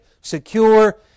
secure